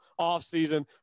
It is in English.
offseason